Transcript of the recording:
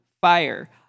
fire